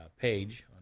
page